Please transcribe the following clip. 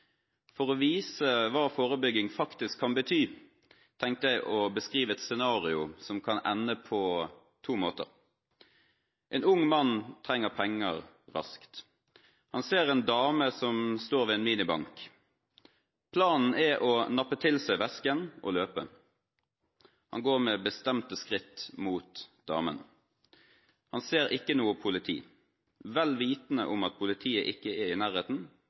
For å vise hva forebygging faktisk kan bety, tenkte jeg å beskrive et scenario som kan ende på to måter. En ung mann trenger penger raskt. Han ser en dame som står ved en minibank. Planen er å nappe til seg vesken og løpe. Han går med bestemte skritt mot damen. Han ser ikke noe politi. Vel vitende om at politiet ikke er i nærheten